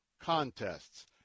contests